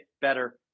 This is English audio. better